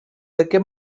aquest